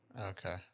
Okay